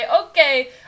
okay